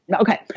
Okay